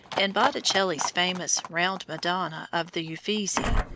in botticelli's famous round madonna of the uffizi,